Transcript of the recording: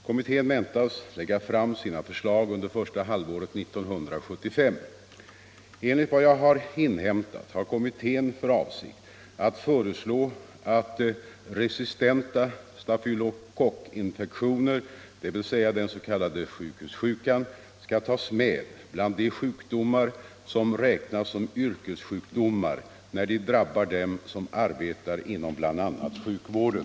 Kommittén väntas lägga fram sina förslag under första halvåret 1975. Enligt vad jag inhämtat har kommittén för avsikt att föreslå att resistenta stafylokockinfektioner, dvs. den s.k. sjukhussjukan, skall tas med bland de sjukdomar som räknas som yrkessjukdomar när de drabbar dem som arbetar inom bl.a. sjukvården.